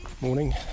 Morning